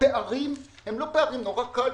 נורא קל,